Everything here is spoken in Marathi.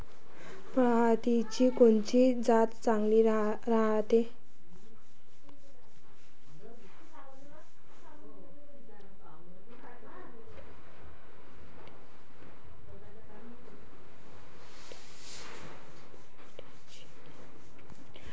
पऱ्हाटीची कोनची जात चांगली रायते?